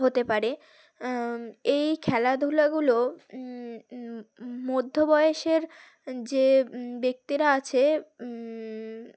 হতে পারে এই খেলাধুলাগুলো মধ্যবয়সের যে ব্যক্তিরা আছে